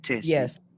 yes